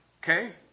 Okay